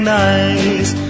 nice